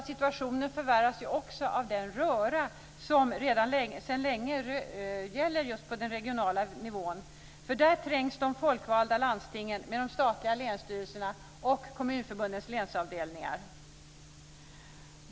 Situationen förvärras också av den "röra" som sedan länge finns just på den regionala nivån. Där trängs de folkvalda landstingen med de statliga länsstyrelserna och Kommunförbundets länsavdelningar.